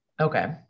Okay